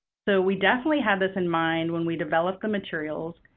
so, we definitely had this in mind when we developed the materials,